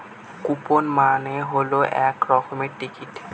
coupon মানে হল এক রকমের টিকিট